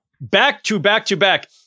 Back-to-back-to-back